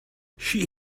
she